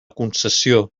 concessió